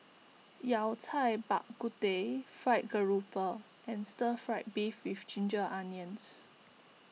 Yao Cai Bak Kut Teh Fried Garoupa and Stir Fried Beef with Ginger Onions